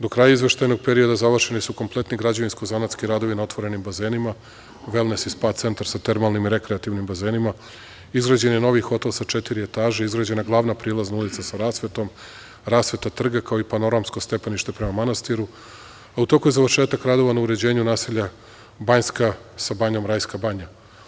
Do kraja izveštajnog perioda završeni su kompletni građevinsko-zanatski radovi na otvorenim bazenima, velnes i spa centar sa termalnim i rekreativnim bazenima, izgrađen je novi hotel sa četiri etaže, izgrađena glavna prilazna ulica sa rasvetom, rasveta trga, kao i panoramsko stepenište prema manastiru, a u toku je završetak radova na uređenju naselja Banjska sa banjom "Rajska banja"